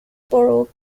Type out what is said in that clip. borough